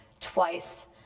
twice